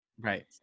right